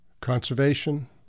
conservation